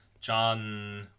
John